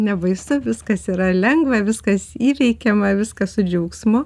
nebaisu viskas yra lengva viskas įveikiama viskas su džiaugsmu